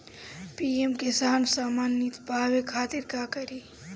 PM Kisan समान निधी पावे खातिर का करी?